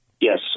Yes